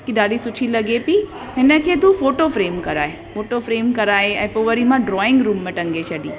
कि ॾाढी सुठी लॻे पई हिन खे तू फ़ोटो फ़्रेम कराए फ़ोटो फ़्रेम कराए ऐं पोइ वरी मां ड्रॉइंग रुम में टंगे छॾी